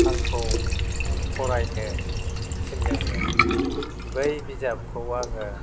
आंखौ फरायनो थिनदोंमोन बै बिजाबखौ आङो